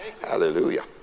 hallelujah